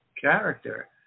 character